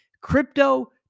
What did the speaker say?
crypto